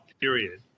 period